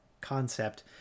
concept